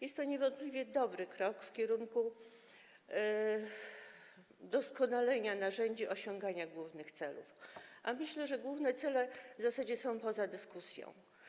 Jest to niewątpliwie dobry krok w kierunku doskonalenia narzędzi osiągania głównych celów, a myślę, że główne cele w zasadzie są poza dyskusją.